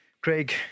Craig